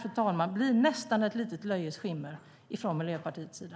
Det blir nästan ett litet löjets skimmer från Miljöpartiets sida.